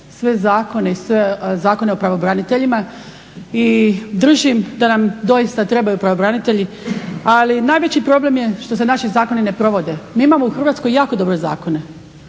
sve zakone i sve zakone o pravobraniteljima i držim da nam doista trebaju pravobranitelji, ali najveći problem je što se naši zakoni ne provode. Mi imamo u Hrvatskoj jako dobre zakone.